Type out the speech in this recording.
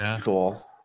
cool